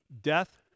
death